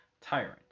tyrant